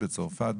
בצרפת?